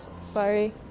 Sorry